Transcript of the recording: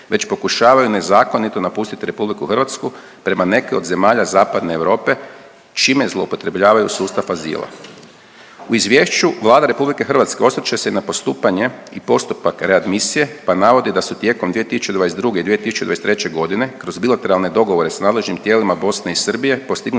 već pokušavaju nezakonito napustiti Republiku Hrvatsku prema nekim od zemalja Zapadne Europe čime zloupotrebljavaju sustav azila. U izvješću Vlada Republike Hrvatske osvrće se i na postupanje i postupak READ misije pa navodi da su tijekom 2022. i 2023. godine kroz bilateralne dogovore sa nadležnim tijelima Bosne i Srbije postignuti